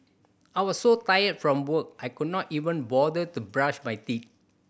I was so tired from work I could not even bother to brush my teeth